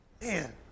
Man